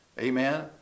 Amen